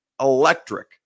Electric